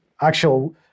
actual